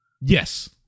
Yes